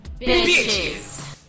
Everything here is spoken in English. Bitches